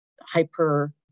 hyper